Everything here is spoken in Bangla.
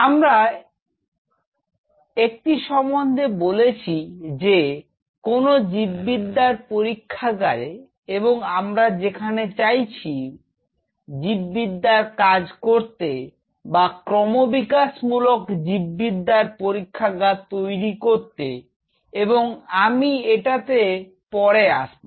আমরা একটি সম্বন্ধে বলেছি যে কোন জীব বিদ্যার পরীক্ষাগারে এবং আমরা যেখানে চাইছি ও জীব বিদ্যার কাজ করতে বা ক্রমবিকাশ জীব বিদ্যার পরীক্ষাগার তৈরি করতে এবং আমি এটাতে পরে আসবো